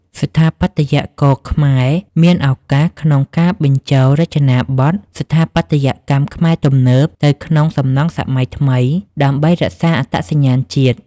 ស្ថាបត្យករខ្មែរមានឱកាសក្នុងការបញ្ចូលរចនាបថ "ស្ថាបត្យកម្មខ្មែរទំនើប" ទៅក្នុងសំណង់សម័យថ្មី ដើម្បីរក្សាអត្តសញ្ញាណជាតិ។